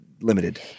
limited